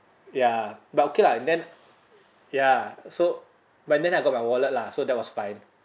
ya but okay lah then ya so but then I got my wallet lah so that was fine